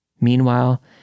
Meanwhile